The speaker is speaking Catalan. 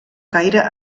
caire